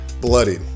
Bloody